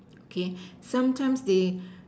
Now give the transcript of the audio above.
okay sometimes they